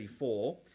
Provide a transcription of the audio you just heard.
34